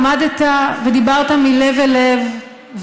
עמדת ודיברת מלב אל לב,